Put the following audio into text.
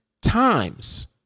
times